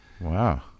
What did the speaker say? Wow